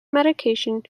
medication